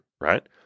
right